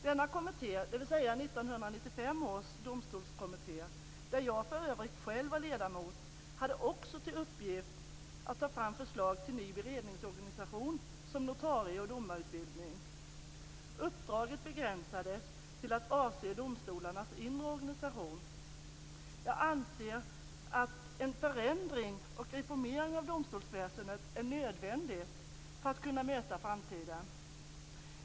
Denna kommitté, dvs. 1995 års domstolskommitté, där jag för övrigt själv var ledamot, hade också till uppgift att ta fram förslag till ny beredningsorganisation samt notarieoch domarutbildning. Uppdraget begränsades till att avse domstolarnas inre organisation. Jag anser att en förändring och reformering av domstolsväsendet är nödvändigt för att kunna möta framtiden.